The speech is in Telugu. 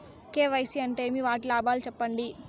కె.వై.సి అంటే ఏమి? వాటి లాభాలు సెప్పండి?